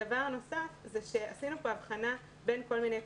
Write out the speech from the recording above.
דבר נוסף, עשינו פה הבחנה בין כל מיני פנימיות.